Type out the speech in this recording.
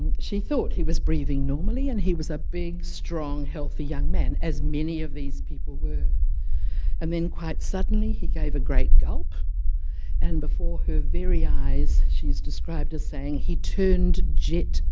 and she thought he was breathing normally and he was a big strong healthy young man as many of these people were and then quite suddenly he gave a great gulp and before her very eyes, she's described as saying he turned jet-black,